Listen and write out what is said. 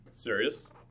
serious